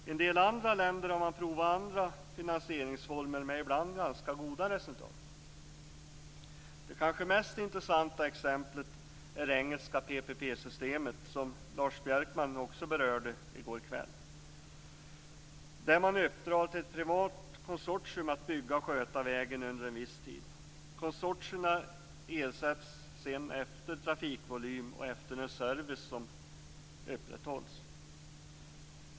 I en del andra länder har man provat andra finansieringsformer med ibland ganska goda resultat. Det kanske mest intressanta exemplet är det engelska PPP-systemet, som Lars Björkman också berörde i går kväll. Där uppdrar man åt privata konsortier att bygga och sköta vägen under en viss tid. Konsortierna ersätts sedan efter den trafikvolym och den service som upprätthålls.